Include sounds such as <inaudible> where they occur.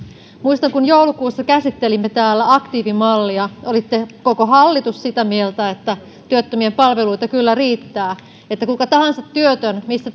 muistan kun joulukuussa käsittelimme täällä aktiivimallia olitteko koko hallitus sitä mieltä että työttömien palveluita kyllä riittää että kuka tahansa työtön missä <unintelligible>